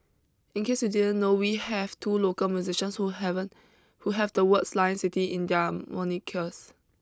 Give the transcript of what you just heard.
in case you didn't know we have two local musicians who haven't who have the words Lion City in their monikers